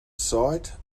sight